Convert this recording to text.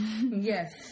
Yes